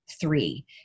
three